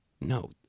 No